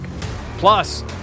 Plus